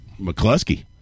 McCluskey